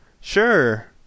Sure